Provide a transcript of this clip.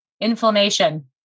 Inflammation